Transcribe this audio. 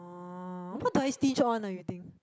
oh what do I stitch on ah you think